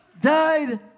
died